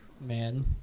man